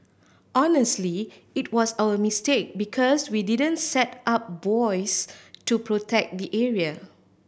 honestly it was our mistake because we didn't set up buoys to protect the area